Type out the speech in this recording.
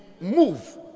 move